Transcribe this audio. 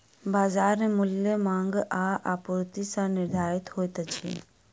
बजार मूल्य मांग आ आपूर्ति सॅ निर्धारित होइत अछि